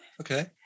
Okay